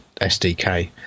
SDK